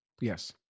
Yes